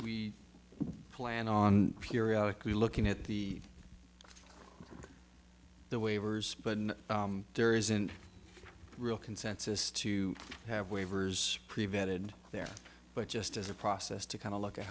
we plan on periodically looking at the the waivers but there isn't a real consensus to have waivers prevented there but just as a process to kind of look at